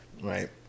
Right